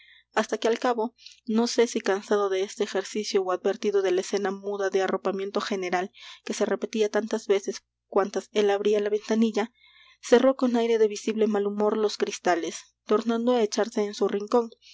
hasta que al cabo no sé si cansado de este ejercicio ó advertido de la escena muda de arropamiento general que se repetía tantas veces cuantas él abría la ventanilla cerró con aire de visible mal humor los cristales tornando á echarse en su rincón